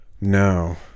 No